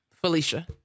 Felicia